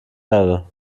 erde